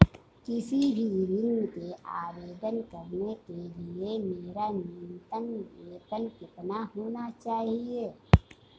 किसी भी ऋण के आवेदन करने के लिए मेरा न्यूनतम वेतन कितना होना चाहिए?